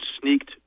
sneaked